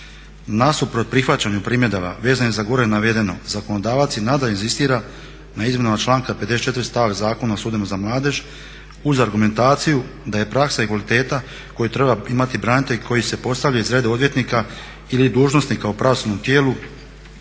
Nasuprot prihvaćanju primjedaba vezanih za gore navedeno zakonodavaca i nadalje inzistira na izmjenama članka 54. … Zakona o sudovima za mladež uz argumentaciju da je praksa i kvaliteta koju treba imati branitelj koji se postavlja iz redova odvjetnika ili dužnosnika u pravosudnom tijelu